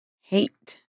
Hate